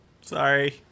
Sorry